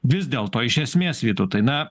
vis dėlto iš esmės vytautai na